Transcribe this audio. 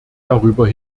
darüber